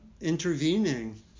intervening